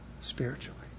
spiritually